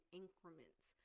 increments